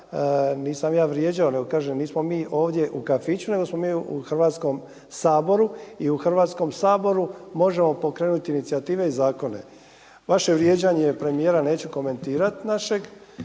nisam ja vrijeđao nismo mi ovdje u kafiću nego smo mi u Hrvatskom saboru i u Hrvatskom saboru možemo pokrenuti inicijative i zakone. Vaše vrijeđanje premijera komentirat našeg